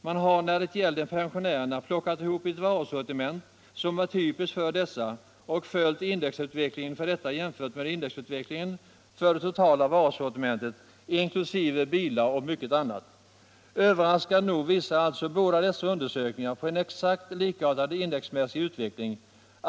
Man har när det gäller pensionärerna plockat ihop ett varusortiment som är typiskt för dessa och följt indexutvecklingen för detta jämfört med indexutvecklingen för det totala varusortimentet inkl. bilar och mycket annat. Överraskande nog visar alltså båda dessa undersökningar på en exakt likartad indexmässig utveckling.